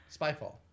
Spyfall